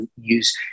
use